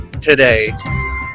today